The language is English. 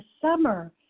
summer